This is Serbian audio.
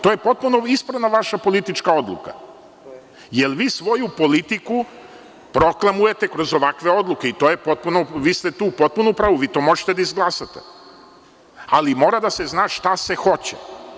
To je potpuno ispravna vaša politička odluka, jer vi svoju politiku proklamujete kroz ovakve odluke, vi ste tu potpuno u pravu, vi to možete da izglasate, ali mora da se zna šta se hoće.